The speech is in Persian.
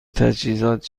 تجهیزات